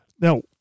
Now